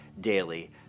daily